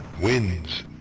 wins